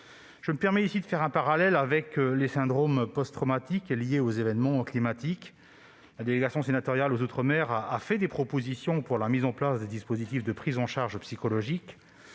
collègues, de faire un parallèle avec les syndromes post-traumatiques liés aux événements climatiques. La délégation sénatoriale aux outre-mer a formulé des propositions tendant à la mise en place de dispositifs de prise en charge psychologique.